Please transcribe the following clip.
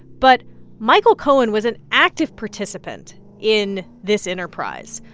but michael cohen was an active participant in this enterprise.